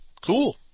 Cool